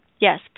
yes